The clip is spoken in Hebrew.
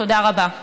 תודה רבה.